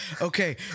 Okay